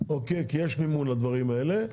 כי יש מימון לדברים האלה,